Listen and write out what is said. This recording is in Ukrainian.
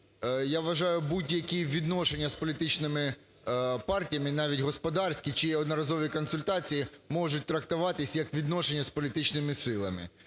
я вважаю, будь-які відношення з політичними партіями і навіть господарські чи одноразові консультації можуть трактуватись як відношення з політичними силами